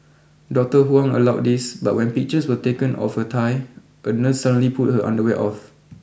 Doctor Huang allowed this but when pictures were taken of her thigh a nurse suddenly pulled her underwear off